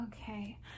okay